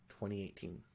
2018